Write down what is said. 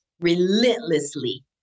relentlessly